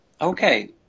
Okay